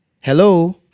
Hello